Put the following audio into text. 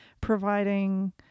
providing